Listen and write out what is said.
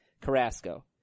Carrasco